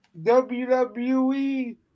WWE